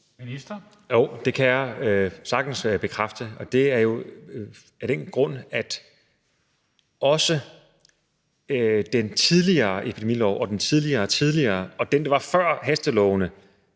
Heunicke): Jo, det kan jeg sagtens bekræfte, og det er jo af den grund, at også den tidligere epidemilov og den endnu tidligere og den, der var før hastelovene,